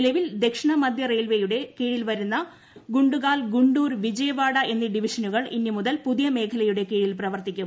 നിലവിൽ ദക്ഷിണ മധ്യ റെയിൽവെയുടെ കീഴിൽ വരുന്ന ഗുണ്ടാകൽ ഗുണ്ടൂർ വിജയവാഡ എന്നീ ഡിവിഷനുകൾ ഇനി മുതൽ പുതിയ മേഖലയുടെ കീഴിൽ പ്രവർത്തിക്കും